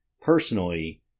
personally